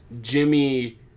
Jimmy